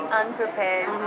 unprepared